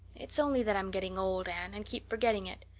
it's only that i'm getting old, anne, and keep forgetting it.